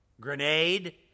grenade